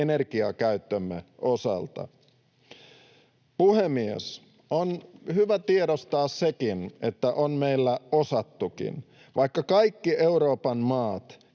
energiakäyttömme osalta. Puhemies! On hyvä tiedostaa sekin, että on meillä osattukin. Vaikka kaikki Euroopan maat